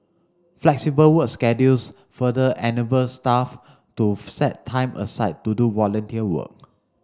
flexible work schedules further enable staff to set time aside to do volunteer work